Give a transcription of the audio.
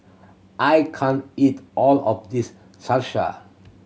I can't eat all of this Salsa